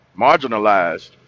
marginalized